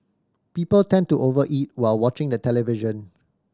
people tend to over eat while watching the television